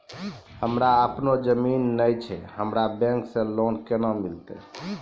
हमरा आपनौ जमीन नैय छै हमरा बैंक से लोन केना मिलतै?